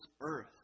earth